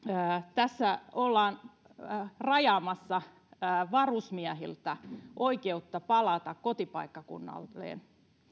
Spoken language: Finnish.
tässä ollaan rajaamassa varusmiehiltä oikeutta palata kotipaikkakunnalleen